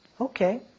okay